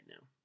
now